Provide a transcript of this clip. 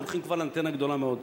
הולכים כבר לאנטנה גדולה מאוד.